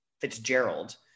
Fitzgerald